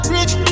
Rich